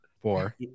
four